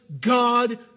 God